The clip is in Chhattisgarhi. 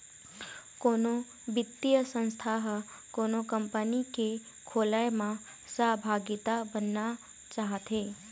कोनो बित्तीय संस्था ह कोनो कंपनी के खोलय म सहभागिता बनना चाहथे